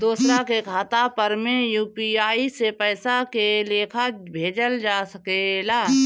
दोसरा के खाता पर में यू.पी.आई से पइसा के लेखाँ भेजल जा सके ला?